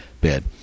bed